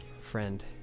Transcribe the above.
friend